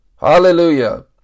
Hallelujah